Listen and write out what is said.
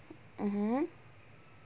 mmhmm